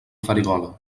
farigola